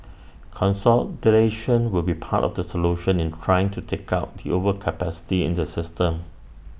consolidation will be part of the solution in trying to take out the overcapacity in the system